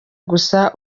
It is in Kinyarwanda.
gusa